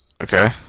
Okay